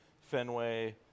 Fenway